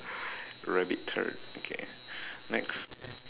rabbit sorry okay next